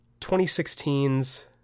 2016's